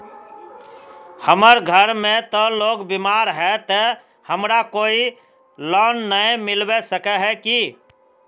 हमर घर में ते लोग बीमार है ते हमरा कोई लोन नय मिलबे सके है की?